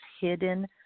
hidden